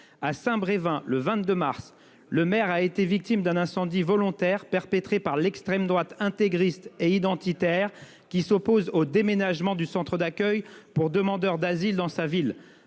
À Saint-Brévin-les-Pins, le 22 mars, le maire a été victime d'un incendie volontaire perpétré par l'extrême droite intégriste et identitaire, qui s'oppose à l'emménagement du centre d'accueil pour demandeurs d'asile dans sa ville.